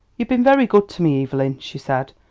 you've been very good to me, evelyn, she said.